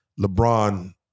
LeBron